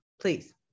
please